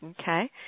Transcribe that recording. okay